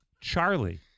Charlie